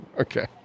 Okay